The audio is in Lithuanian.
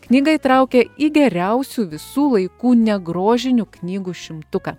knygą įtraukė į geriausių visų laikų negrožinių knygų šimtuką